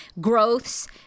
growths